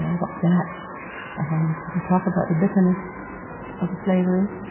and what's that and then we can talk about the bitterness of the slavery.